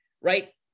right